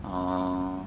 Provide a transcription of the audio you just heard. orh